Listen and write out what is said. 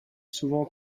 souvent